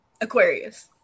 Aquarius